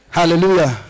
Hallelujah